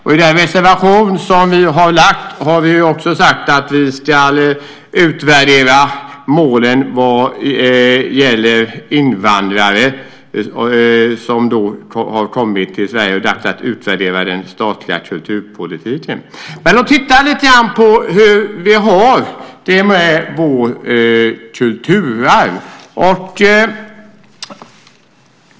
I den reservation som vi har lagt har vi också sagt att vi ska utvärdera målen vad gäller invandrare som har kommit till Sverige. Det är dags att utvärdera den statliga kulturpolitiken. Jag vill titta lite grann på hur vi har det med vårt kulturarv.